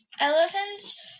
elephants